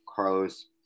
Carlos